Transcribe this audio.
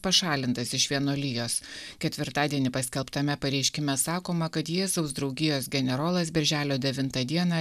pašalintas iš vienuolijos ketvirtadienį paskelbtame pareiškime sakoma kad jėzaus draugijos generolas birželio devintą dieną